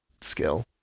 skill